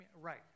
right